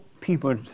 people